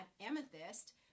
amethyst